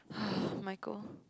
Micheal